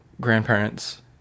grandparents